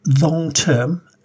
Long-term